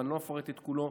ואני לא אפרט את כולו,